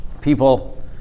People